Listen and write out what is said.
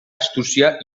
astúcia